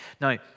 Now